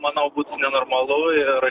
manau būtų nenormalu ir